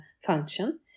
function